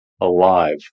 alive